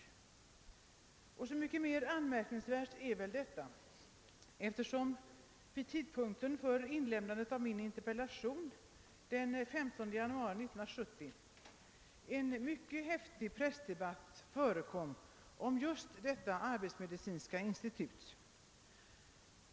Detta är så mycket mer anmärkningsvärt som det vid tiden för framställandet av min interpellation, den 15 januari i år, förekom en mycket häftig pressdebatt just om arbetsmedicinska institutet.